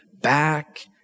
back